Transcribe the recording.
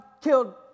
killed